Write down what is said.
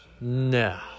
No